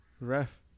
Ref